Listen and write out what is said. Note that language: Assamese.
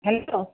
হেল্ল'